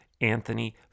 Anthony